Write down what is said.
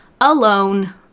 alone